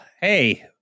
hey